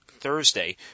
Thursday